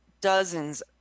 dozens